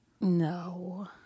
No